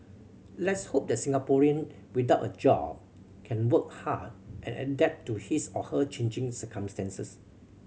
let's hope that Singaporean without a job can work hard and adapt to his or her changing circumstances